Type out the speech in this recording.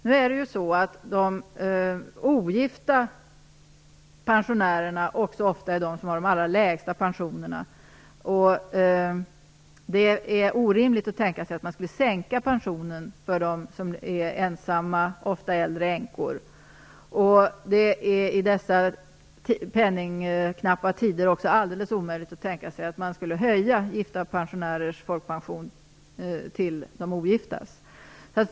Nu är de ogifta pensionärerna ofta också de som har de allra lägsta pensionerna, och det är orimligt att tänka sig att man skulle sänka pensionen för dem som är ensamma, ofta äldre änkor. Det är i dessa penningknappa tider också alldeles omöjligt att tänka sig att man skulle höja gifta pensionärers folkpension till samma nivå som de ogiftas.